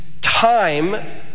time